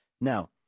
Now